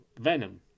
Venom